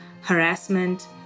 harassment